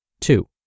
Two